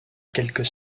quelques